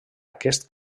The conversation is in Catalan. aquest